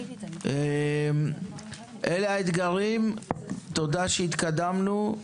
אלה האתגרים, תודה שהתקדמנו.